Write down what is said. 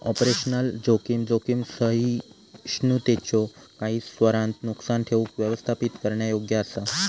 operational जोखीम, जोखीम सहिष्णुतेच्यो काही स्तरांत नुकसान ठेऊक व्यवस्थापित करण्यायोग्य असा